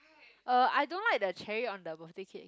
uh I don't like the cherry on the birthday cake